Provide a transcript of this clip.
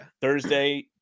Thursday